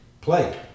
play